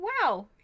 Wow